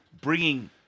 bringing